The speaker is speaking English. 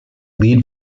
lead